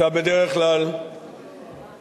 אתה בדרך כלל מדייק,